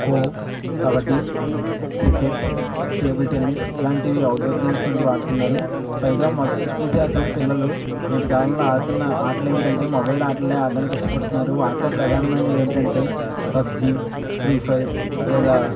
kho kabaddi cricket table tennis ఇలాంటివి outdoor games వంటివి వాడుతున్నారు పైగా ఎక్కువ శాతం పిల్లలు నేటి కాలంలో ఆడుతున్న ఆటలు ఏమిటంటే మొబైల్ ఆటలే ఆడడానికి ఇష్టపడుతున్నారు వాటిలో ప్రధానమైనవి ఏంటంటే పబ్జి ఫ్రీ ఫైర్ లేదా